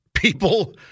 People